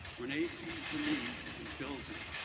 renee sees a need and fills it.